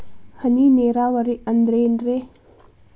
ಹನಿ ನೇರಾವರಿ ಅಂದ್ರೇನ್ರೇ?